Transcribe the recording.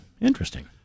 interesting